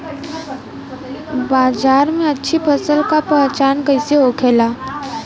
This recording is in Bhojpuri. बाजार में अच्छी फसल का पहचान कैसे होखेला?